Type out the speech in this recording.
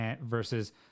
versus